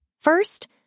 First